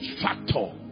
factor